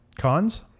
cons